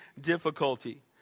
difficulty